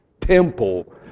temple